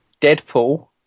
Deadpool